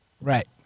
Right